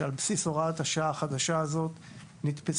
שעל בסיס הוראת השעה החדשה הזאת נתפסו